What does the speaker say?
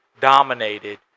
dominated